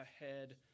ahead